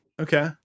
Okay